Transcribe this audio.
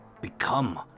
become